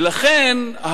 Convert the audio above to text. ולכן,